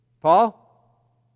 Paul